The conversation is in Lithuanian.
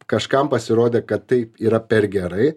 kažkam pasirodė kad taip yra per gerai